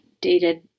dated